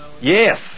Yes